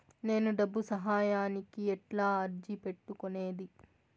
నేను డబ్బు సహాయానికి ఎట్లా అర్జీ పెట్టుకునేది?